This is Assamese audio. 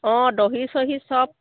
অঁ দহি চহী সব